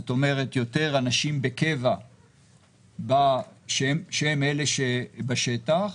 יותר אנשים בקבע שהם אלה שבשטח,